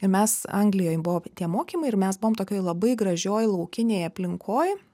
ir mes anglijoj buvo tie mokymai ir mes buvom tokioj labai gražioj laukinėj aplinkoj